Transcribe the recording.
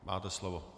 Máte slovo.